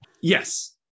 Yes